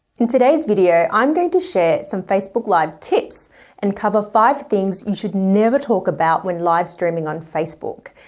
in today's video, i'm going to share some facebook live tips and cover five things you should never talk about when live streaming on facebook.